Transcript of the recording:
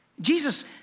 Jesus